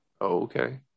Okay